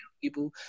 people